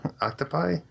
Octopi